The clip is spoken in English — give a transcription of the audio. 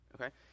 Okay